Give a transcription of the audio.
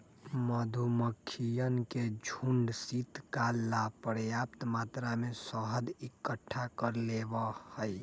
मधुमक्खियन के झुंड शीतकाल ला पर्याप्त मात्रा में शहद इकट्ठा कर लेबा हई